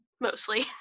Mostly